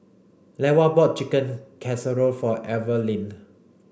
Levar bought Chicken Casserole for Evaline